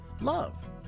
Love